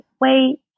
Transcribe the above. wait